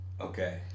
okay